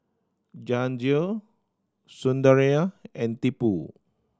Jehangirr Sunderlal and Tipu